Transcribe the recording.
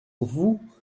vous